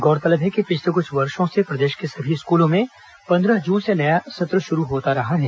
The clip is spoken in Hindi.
गौरतलब है कि पिछले कुछ वर्षो से प्रदेश के सभी स्कूलों में पंद्रह जून से नया सत्र शुरू होता रहा है